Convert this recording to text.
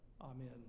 Amen